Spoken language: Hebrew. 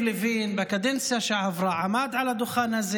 זו החלטה אסטרטגית שלה לעשות כל פעם מהומה על הנושא הזה.